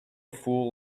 fool